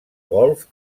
golf